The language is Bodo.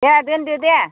दे दोनदो दे